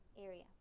area